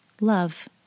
Love